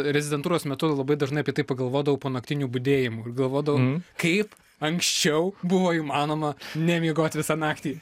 rezidentūros metu labai dažnai apie tai pagalvodavau po naktinių budėjimų galvodavau kaip anksčiau buvo įmanoma nemiegot visą naktį